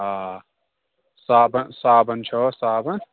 آ صابَن صابَن چھَوا صابَن